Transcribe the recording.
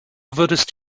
würdest